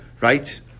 right